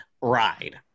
ride